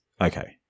Okay